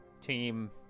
team